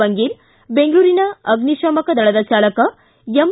ಬಂಗೇರ ಬೆಂಗಳೂರಿನ ಅಗ್ನಿಶಾಮಕ ದಳದ ಚಾಲಕ ಎಂ